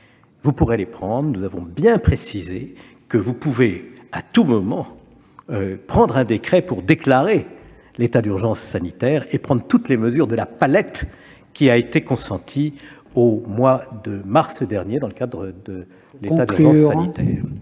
C'est pourquoi nous avons bien précisé que vous pouvez à tout moment prendre un décret pour déclarer l'état d'urgence sanitaire et prendre toutes les mesures auxquelles nous avons consenti au mois de mars dernier dans le cadre de l'état d'urgence sanitaire.